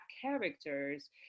characters